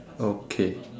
okay